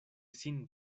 sin